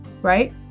right